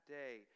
day